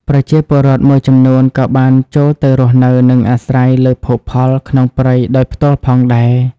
ប្រជាពលរដ្ឋមួយចំនួនក៏បានចូលទៅរស់នៅ និងអាស្រ័យលើភោគផលក្នុងព្រៃដោយផ្ទាល់ផងដែរ។